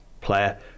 player